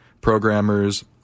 programmers